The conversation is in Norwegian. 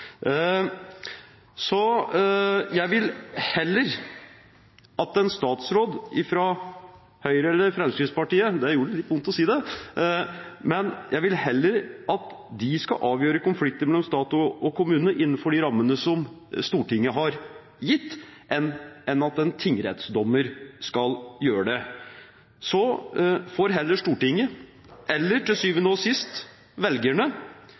Jeg vil heller at en statsråd fra Høyre eller Fremskrittspartiet – det gjorde litt vondt å si det – skal avgjøre konflikter mellom stat og kommune innenfor de rammene som Stortinget har gitt, enn at en tingrettsdommer skal gjøre det. Så får heller Stortinget eller – til syvende og sist – velgerne